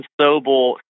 Sobel